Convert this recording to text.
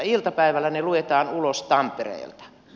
ne luetaan ulos tampereelta